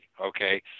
okay